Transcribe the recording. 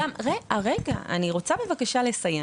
רגע, אני רוצה לסיים.